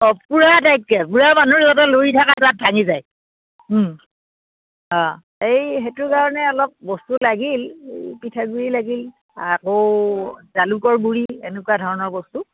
অঁ পূৰা টাইটকে পূৰা বান্ধোন যাতে লৰি থকা দাঁত ভাগি যায় অঁ এই সেইটো কাৰণে অলপ বস্তু লাগিল পিঠাগুৰি লাগিল আকৌ জালুকৰ গুৰি এনেকুৱা ধৰণৰ বস্তু